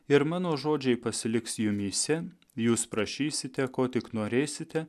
ir mano žodžiai pasiliks jumyse jūs prašysite ko tik norėsite